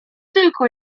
tylko